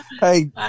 Hey